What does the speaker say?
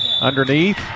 Underneath